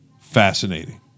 fascinating